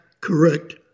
correct